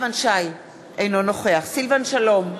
אינו נוכח סילבן שלום,